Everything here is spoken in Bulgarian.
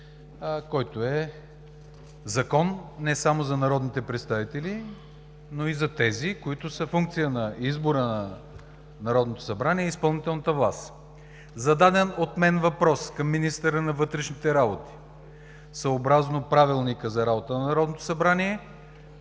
който е закон не само за народните представители, но и за тези, които са функция на избора на Народното събрание и изпълнителната власт. Зададен от мен въпрос към министъра на вътрешните работи, съобразно Правилника за организацията и дейността на Народното събрание